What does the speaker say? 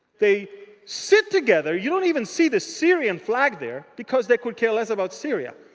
they sit together. you don't even see the syrian flag there. because they could care less about syria.